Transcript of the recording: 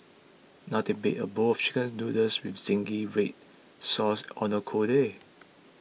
nothing beats a bowl of Chicken Noodles with Zingy Red Sauce on a cold day